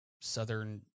southern